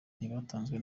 ntibatanzwe